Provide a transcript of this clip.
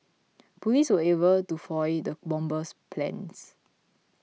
police were able to foil the bomber's plans